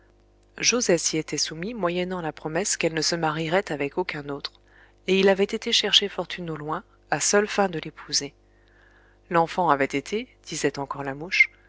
s'y était soumis moyennant la promesse qu'elle ne se marierait avec aucun autre et il avait été chercher fortune au loin à seules fins de l'épouser l'enfant avait été disait encore lamouche